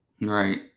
Right